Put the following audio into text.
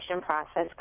process